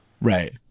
right